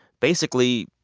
basically,